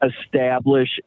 establish